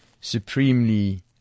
supremely